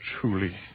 truly